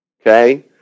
Okay